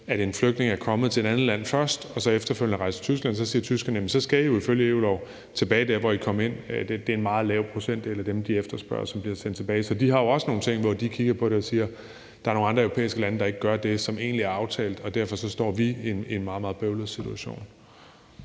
en flygtning er kommet til et andet land først og så efterfølgende er rejst til Tyskland. Så siger tyskerne, at så skal man jo ifølge EU-lov tilbage til der, hvor man kom ind. Det er en meget lav procentdel af dem, de efterspørger, som bliver sendt tilbage. Så de har jo også nogle ting, hvor de kigger på det og siger: Der er nogle andre europæiske lande, der ikke gør det, som egentlig er aftalt, og derfor står vi i en meget, meget bøvlet situation.